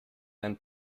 then